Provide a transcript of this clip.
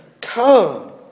come